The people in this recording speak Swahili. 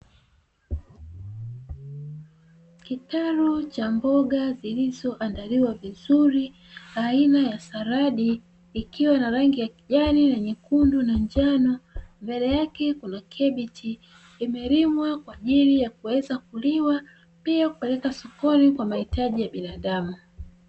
Kitalu cha mboga zilizoandaliwa vizuri, aina ya saladi ikiwa na rangi ya kijani na nyekundu na njano. Mbele yake kuna kebichi imelimwa kwa ajili ya kuweza kuliwa pia kupeleka soko kwa mahitaji ya binadamu.